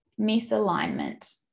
misalignment